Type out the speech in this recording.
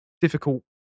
difficult